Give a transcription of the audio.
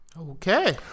Okay